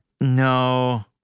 No